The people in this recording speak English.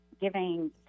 giving